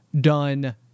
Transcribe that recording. done